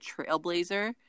trailblazer